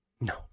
No